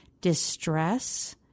distress